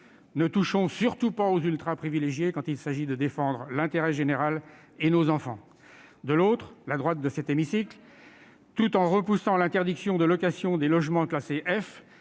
ne touchons surtout pas aux ultraprivilégiés ! -alors qu'il s'agit de défendre l'intérêt général et nos enfants ;... Quelle caricature !... de l'autre, la droite de cet hémicycle, tout en repoussant l'interdiction de location des logements classés F,